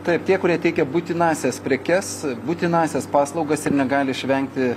taip tie kurie teikia būtinąsias prekes būtinąsias paslaugas ir negali išvengti